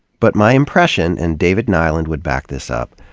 but my impression, and david nylund would back this up,